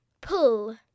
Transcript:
Pull